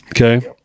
okay